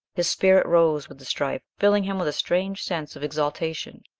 his spirit rose with the strife, filling him with a strange sense of exaltation.